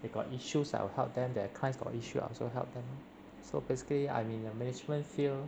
they got issues I will help them their clients got issue I also help them so basically I'm in the management field